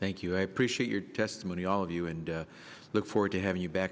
thank you i appreciate your testimony all of you and i look forward to having you back